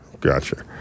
Gotcha